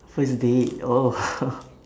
first date oh